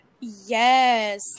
Yes